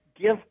Give